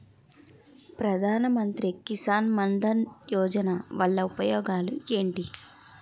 ప్రధాన మంత్రి కిసాన్ మన్ ధన్ యోజన వల్ల ఉపయోగాలు ఏంటి?